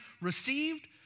received